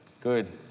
Good